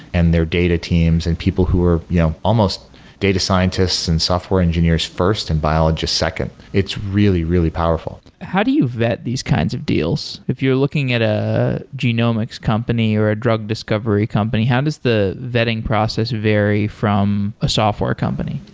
and their data teams, and people who are you know almost data scientists and software engineers first, and biologists second. it's really, really powerful. how do you vet these kinds of deals? if you're looking at a genomics company or a drug discovery company, how does the vetting process vary from a software company?